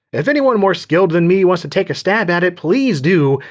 if anyone more skilled than me wants to take a stab at it, please do.